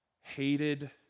hated